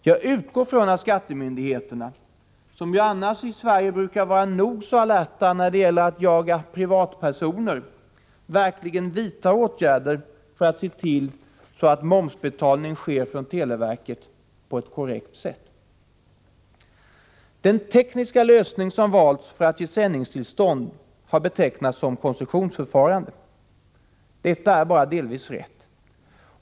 Jag utgår från att skattemyndigheterna — som i Sverige annars brukar vara nog så alerta när det gäller att jaga privatpersoner — verkligen vidtar åtgärder för att se till att momsbetalning sker från televerket på ett korrekt sätt. Den tekniska lösning som valts när det gäller att ge sändningstillstånd har betecknats som koncessionsförfarande. Detta är bara delvis rätt.